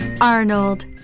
Arnold